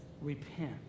Repent